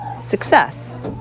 success